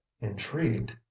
intrigued